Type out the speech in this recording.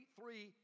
three